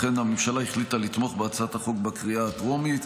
לכן הממשלה החליטה לתמוך בהצעת החוק בקריאה הטרומית.